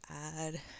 add